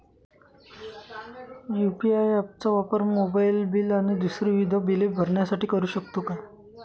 UPI app चा वापर mobile bill आणि दुसरी विविध बिले भरण्यासाठी करू शकतो का?